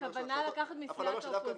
הכוונה לקחת מסיעת האופוזיציה.